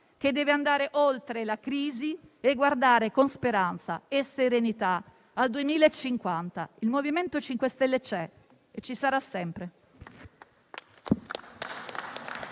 che deve andare oltre la crisi e guardare con speranza e serenità al 2050. Il MoVimento 5 Stelle c'è e ci sarà sempre.